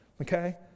Okay